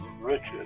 Richard